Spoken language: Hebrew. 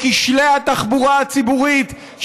כשלי התחבורה הציבורית,